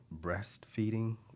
breastfeeding